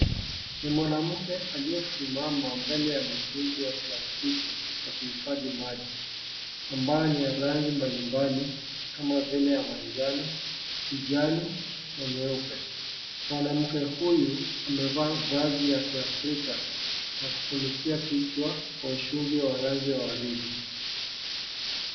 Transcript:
Ni mwanamke aliyesimama mbele ya mtungi ya plastiki ya kuhifadhi maji ambayo ni ya rangi mbali mbali kama vile ya manjao, kijani, na nyeupe. Mwanamke huyu amevaa vazi ya kiafrika ya kufunikia kichwa kwa ushungi ya rangi ya waridi.